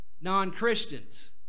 non-Christians